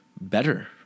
better